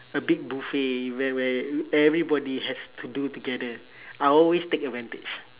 a big buffet where where everybody has to do together I'll always take advantage